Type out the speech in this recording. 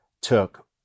took